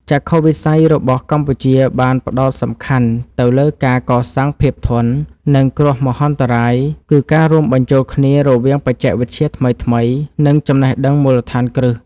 ចក្ខុវិស័យរបស់កម្ពុជាបានផ្តោតសំខាន់ទៅលើការកសាងភាពធន់នឹងគ្រោះមហន្តរាយ គឺការរួមបញ្ចូលគ្នារវាងបច្ចេកវិទ្យាថ្មីៗ និងចំណេះដឹងមូលដ្ឋានគ្រឹះ។